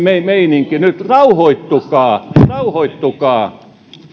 meininki nyt rauhoittukaa rauhoittukaa